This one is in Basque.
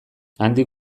handik